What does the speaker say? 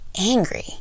angry